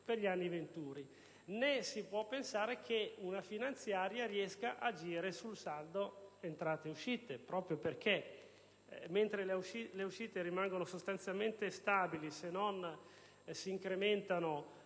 per gli anni venturi. Non si può di certo pensare che una finanziaria riesca ad agire sul saldo entrate-uscite, proprio perché, mentre le uscite rimangono sostanzialmente stabili, se non si incrementano